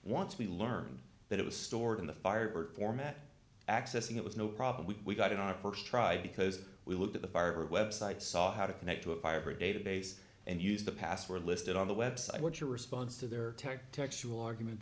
once we learned that it was stored in the firebird format accessing it was no problem we got in our st try because we looked at the website saw how to connect to a fire database and used the password listed on the website what's your response to their tech textual argument